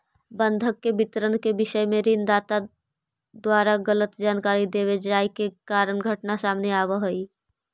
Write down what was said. बंधक के विवरण के विषय में ऋण दाता द्वारा गलत जानकारी देवे जाए के घटना सामने आवऽ हइ